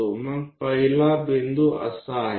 તે બાજુએ કંઈક તે બિંદુને સ્થિત કરો